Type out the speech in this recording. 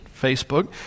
Facebook